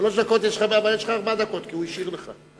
כי הוא השאיר לך.